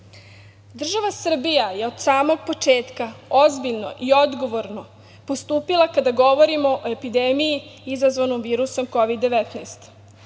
Srbija je od samog početka ozbiljno i odgovorno postupila kada govorimo o epidemiji izazvanoj virusom Kovid-19.